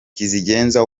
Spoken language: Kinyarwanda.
kizigenza